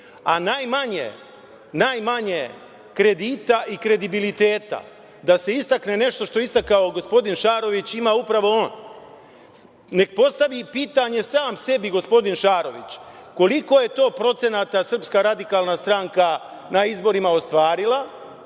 najmanje kredita i kredibiliteta da se istakne nešto što je istakao gospodin Šarović ima upravo on. Neka postavi pitanje sam sebi gospodin Šarović koliko je to procenata SRS na izborima ostvarila